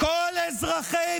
שחיתות.